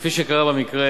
כפי שקרה במקרה